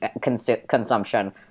consumption